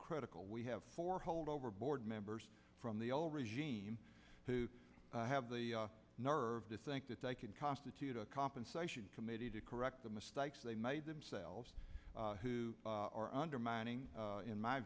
critical we have four holdover board members from the old regime who have the nerve to think that they can constitute a compensation committee to correct the mistakes they made themselves who are undermining in my